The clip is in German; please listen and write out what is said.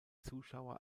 zuschauer